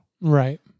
Right